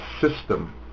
system